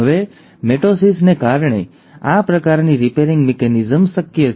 હવે મિટોસિસને કારણે આ પ્રકારની રિપેરિંગ મિકેનિઝમ શક્ય છે